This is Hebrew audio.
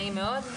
נעים מאוד,